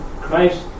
Christ